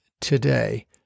today